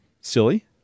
silly